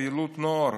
פעילות נוער,